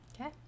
okay